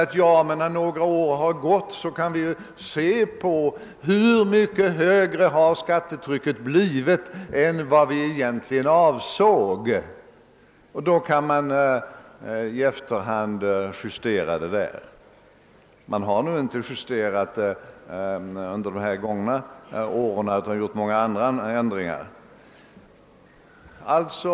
Visst kan man säga: »När några år har gått skall vi undersöka hur mycket högre skattetrycket har blivit än vi egentligen avsåg, och då kan vi i efterhand justera det.« Men man har inte justerat det under de gångna efterkrigsåren, utan de många ändringar som gjorts har i stort sett varit av annat slag.